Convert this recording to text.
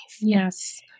Yes